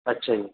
ਅੱਛਾ ਜੀ